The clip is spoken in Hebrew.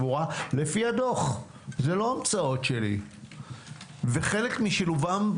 זה מאוד אקטואלי ורלוונטי למה שמתרחש